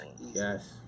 Yes